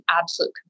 absolute